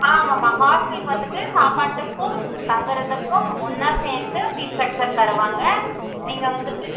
ஆமாம்மா ஹாஸ்ட்டலுக்கு வந்துவிட்டு சாப்பாட்டுக்கும் தங்கறதுக்கும் ஒன்னாக சேர்ந்து ஃபீஸ் ஸ்ட்ரக்ச்சர் தருவாங்க நீங்கள் வந்துவிட்டு